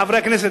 חברי הכנסת,